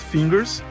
Fingers